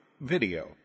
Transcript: video